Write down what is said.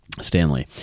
Stanley